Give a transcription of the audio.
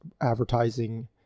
advertising